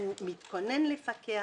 הוא מתכונן לפקח.